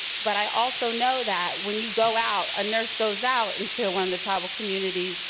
but i also know that when you go out, a nurse goes out until one of the travel communities,